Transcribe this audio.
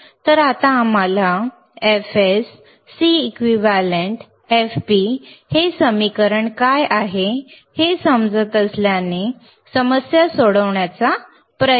तर आता आम्हाला fs Cequivalent fp हे समीकरण काय आहे हे समजत असल्याने समस्या सोडवण्याचा प्रयत्न करूया